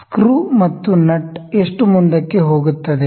screw ಮತ್ತು nut ಎಷ್ಟು ಮುಂದಕ್ಕೆ ಹೋಗುತ್ತದೆ